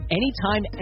anytime